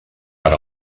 per